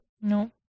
No